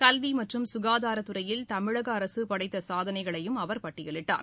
கல்வி மற்றும் சுகாதாரத்துறையில் தமிழக அரசு படைத்த சாதனைகளையும் அவர் பட்டியலிட்டார்